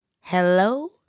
Hello